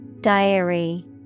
Diary